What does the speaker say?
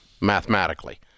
mathematically